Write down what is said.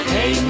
Hey